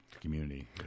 community